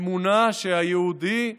אמונה שהיהודי הוא,